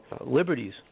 liberties